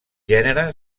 gènere